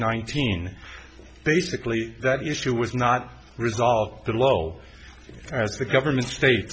nineteen basically that issue was not resolved the low as the government state